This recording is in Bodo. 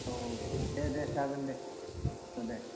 औ औ दे दे जागोन दे औ दे